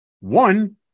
One